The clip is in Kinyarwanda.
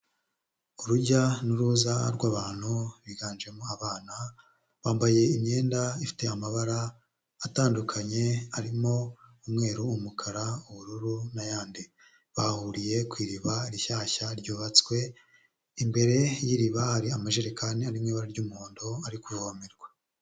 Urujya n'uruza rw'abantu, biganjemo abana bambaye imyenda ifite amabara atandukanye, arimo umweru, umukara, ubururu, n'ayandi. Bahuriye ku iriba rishyashya ryubatswe, imbere y'iriba hari amajerekani arimo ibara ry'umuhondo ari kuvomerwa.